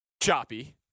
choppy